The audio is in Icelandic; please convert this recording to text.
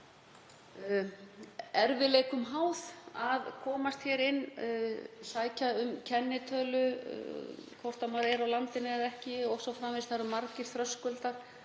erfiðleikum háð að komast hingað inn, sækja um kennitölu, hvort sem maður er á landinu eða ekki o.s.frv. Það eru margir þröskuldar.